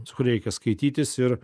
su kuria reikia skaitytis ir